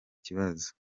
kibazo